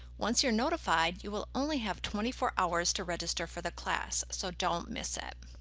once you're notified, you will only have twenty four hours to register for the class, so don't miss it.